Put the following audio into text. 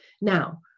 Now